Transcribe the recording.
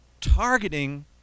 targeting